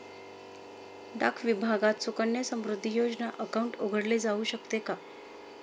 डाक विभागात सुकन्या समृद्धी योजना अकाउंट उघडले जाऊ शकते का?